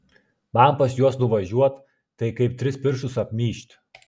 man pas juos nuvažiuot tai kaip tris pirštus apmyžt